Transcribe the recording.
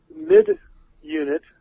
mid-unit